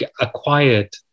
acquired